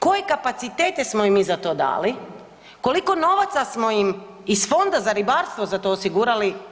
Koje kapacitete smo im mi za to dali, koliko novaca smo im iz Fonda za ribarstvo za to osigurali?